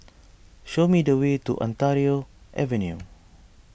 show me the way to Ontario Avenue